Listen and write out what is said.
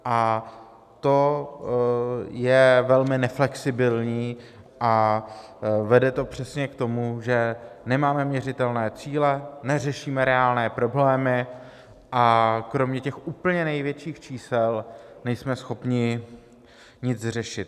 A to je velmi neflexibilní a vede to přesně k tomu, že nemáme měřitelné cíle, neřešíme reálné problémy a kromě těch úplně největších čísel nejsme schopni nic řešit.